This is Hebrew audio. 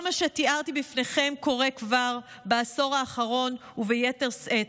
כל מה שתיארתי בפניכם קורה כבר בעשור האחרון וביתר שאת.